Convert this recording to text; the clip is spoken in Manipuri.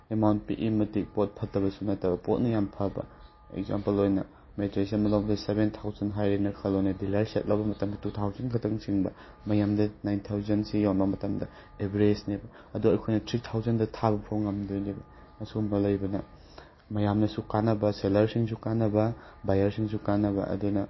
ꯑꯃꯥꯎꯟꯠ ꯄꯤꯛꯏ ꯃꯇꯤꯛ ꯄꯣꯠ ꯐꯠꯇꯕꯁꯨ ꯅꯠꯇꯕ ꯄꯣꯠꯅ ꯌꯥꯝ ꯐꯕ ꯑꯦꯛꯖꯥꯝꯄꯜ ꯑꯣꯏꯅ ꯃꯦꯇ꯭ꯔꯦꯁ ꯑꯃ ꯂꯧꯕꯗ ꯁꯕꯦꯟ ꯊꯥꯎꯖꯟ ꯍꯥꯏꯔꯦꯅ ꯈꯜꯂꯣꯅꯦ ꯗꯤꯂꯔ ꯁꯦꯠ ꯂꯧꯕ ꯃꯇꯝꯗ ꯇꯨ ꯊꯥꯎꯖꯟ ꯈꯇꯪ ꯆꯤꯡꯕ ꯃꯌꯥꯝꯗ ꯅꯥꯏꯟ ꯊꯥꯎꯖꯟꯁꯤ ꯌꯣꯟꯕ ꯃꯇꯝꯗ ꯑꯦꯕꯔꯦꯖꯅꯦꯕ ꯑꯗꯣ ꯑꯩꯈꯣꯏꯅ ꯊ꯭ꯔꯤ ꯊꯥꯎꯖꯟꯗ ꯊꯥꯕ ꯐꯥꯎ ꯉꯝꯗꯣꯏꯅꯦꯕ ꯑꯁꯨꯒꯨꯝꯕ ꯂꯩꯕꯅ ꯃꯌꯥꯝꯅꯁꯨ ꯀꯥꯟꯅꯕ ꯁꯦꯜꯂꯔ ꯁꯤꯡꯁꯨ ꯀꯥꯟꯅꯕ ꯕꯥꯌꯔ ꯁꯤꯡꯁꯨ ꯀꯥꯟꯅꯕ ꯑꯗꯨꯅ